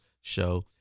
show